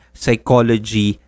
psychology